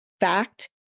fact